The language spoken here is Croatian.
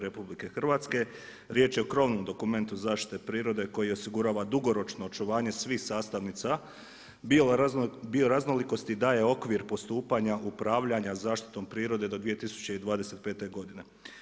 Riječ je o krovnom dokumentu zaštite prirode koji osigurava dugoročno osiguranje svih sastavnica bioraznolikosti i daje okvir postupanja, upravljanja zaštitom prirode do 2025. godine.